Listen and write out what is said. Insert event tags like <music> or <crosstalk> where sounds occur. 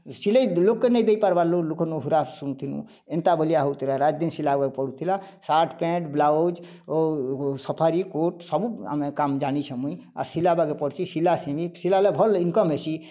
ସିଲେଇ ଲୋକ୍ ନେଇ ଦେଇ ପାର୍ବା ଲୋକା ନୁ <unintelligible> ଶୁଣି ଥିଲି ଏନ୍ତା ବୋଲିଆ ହଉ ଥିଲା ରାତ୍ ଦିନ୍ ସିଲାବାକୁ ପଡ଼ୁ ଥିଲା ସାର୍ଟ ପେଣ୍ଟ୍ ବ୍ଲାଉଜ୍ ଓ ସଫାରୀ କୋଟ ସବୁ ଆମେ କାମ୍ ଜାଣିଛୁ ମୁଇଁ ଆଉ ସିଲାବେ କେ ପଡ଼ୁଛି ସିଲା ସିନି ସିଲାଲେ ଭଲ୍ ଇନ୍କମ୍ ହେସି